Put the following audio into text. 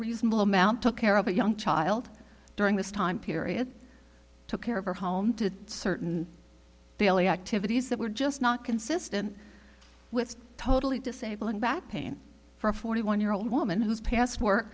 reasonable amount took care of a young child during this time period took care of her home to certain daily activities that were just not consistent with totally disabling back pain for a forty one year old woman whose pas